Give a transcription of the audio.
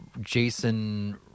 Jason